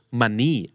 money